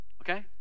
okay